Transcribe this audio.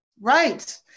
Right